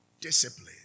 discipline